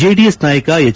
JDS ನಾಯಕ H